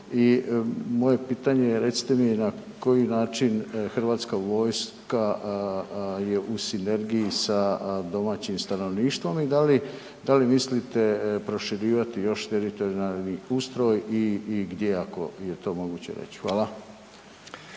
moje pitanje je – recite mi na koji način Hrvatska vojska je u sinergiji sa domaćim stanovništvom i da li mislite proširivati još teritorijalni ustroj i gdje - ako je to moguće reći. Hvala.